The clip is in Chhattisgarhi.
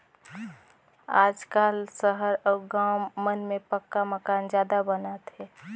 आजकाल सहर अउ गाँव मन में पक्का मकान जादा बनात हे